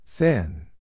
Thin